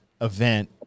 event